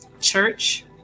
church